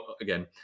again